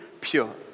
pure